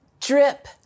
drip